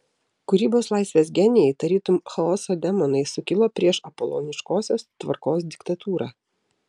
kūrybos laisvės genijai tarytum chaoso demonai sukilo prieš apoloniškosios tvarkos diktatūrą